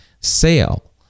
sale